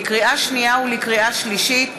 לקריאה שנייה ולקריאה שלישית,